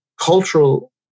cultural